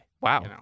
wow